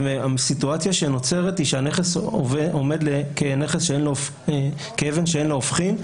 והסיטואציה שנוצרת היא שהנכס עומד כאבן שאין לה הופכין,